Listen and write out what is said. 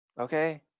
Okay